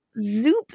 Zoop